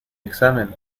examen